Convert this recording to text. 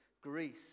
Greece